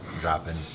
dropping